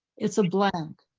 it's a blank.